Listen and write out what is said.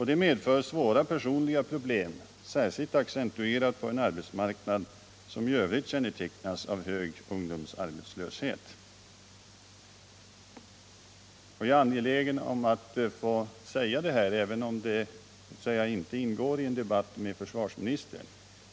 Det medför svåra personliga problem, särskilt accentuerade på en arbetsmarknad som kännetecknas av hög ungdomsarbetslöshet. Jag är angelägen om att få säga detta, även om det inte ingår i en debatt med försvarsministern.